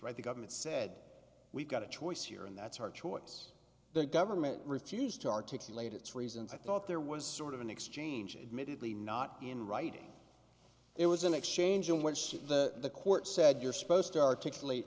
why the government said we've got a choice here and that's our choice the government refused to articulate its reasons i thought there was sort of an exchange admittedly not in writing it was an exchange in which the court said you're supposed to articulate